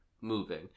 moving